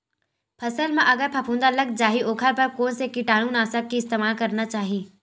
फसल म अगर फफूंद लग जा ही ओखर बर कोन से कीटानु नाशक के इस्तेमाल करना चाहि?